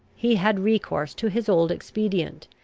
he had recourse to his old expedient,